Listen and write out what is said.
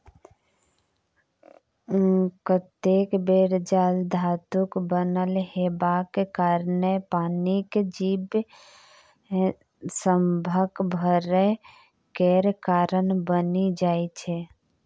कतेक बेर जाल धातुक बनल हेबाक कारणेँ पानिक जीब सभक मरय केर कारण बनि जाइ छै